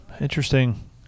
Interesting